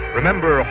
Remember